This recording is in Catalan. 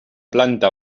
planta